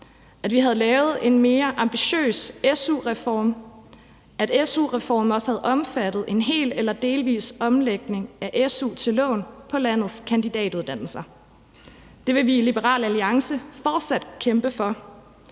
at vi havde lavet en mere ambitiøs su-reform, at su-reformen også havde omfattet en hel eller delvis omlægning af su til lån på landets kandidatuddannelser. Det vil vi i Liberal Alliance fortsat kæmpe for.